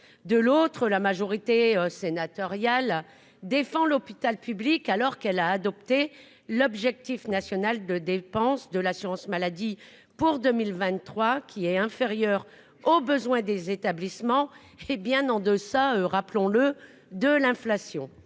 de l'autre, la majorité sénatoriale, défend l'hôpital public alors qu'elle a adopté l'objectif national de dépenses de l'assurance maladie pour 2023 qui est inférieur aux besoins des établissements, hé bien en deçà, rappelons-le, de l'inflation